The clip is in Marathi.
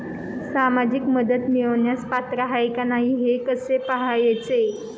सामाजिक मदत मिळवण्यास पात्र आहे की नाही हे कसे पाहायचे?